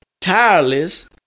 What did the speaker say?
tireless